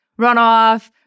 runoff